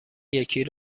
یکی